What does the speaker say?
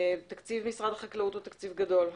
תקציב משרד החקלאות הוא תקציב גדול.